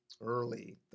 early